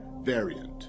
variant